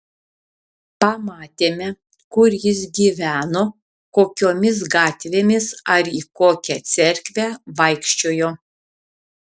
pamatėme kur jis gyveno kokiomis gatvėmis ar į kokią cerkvę vaikščiojo